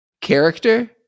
Character